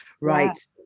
right